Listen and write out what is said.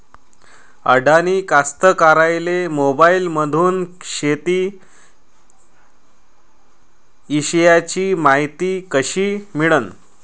अडानी कास्तकाराइले मोबाईलमंदून शेती इषयीची मायती कशी मिळन?